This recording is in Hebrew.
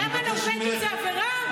למה, נורבגי זה עבירה?